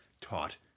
taught